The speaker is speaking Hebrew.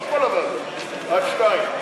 לא כל הוועדות משודרות, רק שתיים.